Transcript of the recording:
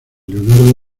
leonardo